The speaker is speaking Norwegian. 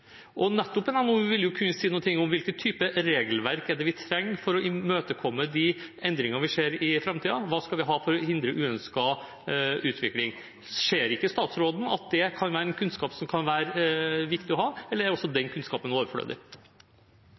og nettopp en NOU vil kunne si noe om hvilken type regelverk det er vi trenger for å møte de endringer vi ser i framtiden, og hva vi skal ha for å hindre uønsket utvikling. Ser ikke statsråden at det kan være en kunnskap som kan være viktig å ha, eller er også den kunnskapen overflødig?